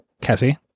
Cassie